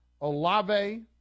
Olave